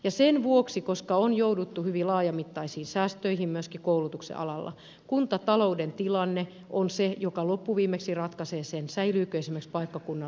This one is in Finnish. ja sen vuoksi koska on jouduttu hyvin laajamittaisiin säästöihin myöskin koulutuksen alalla kuntatalouden tilanne on se joka loppuviimeksi ratkaisee esimerkiksi sen säilyykö paikkakunnalla lukio